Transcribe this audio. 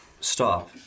stop